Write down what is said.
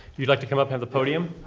you'd like to come up, have the podium?